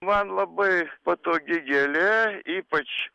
man labai patogi gėlė ypač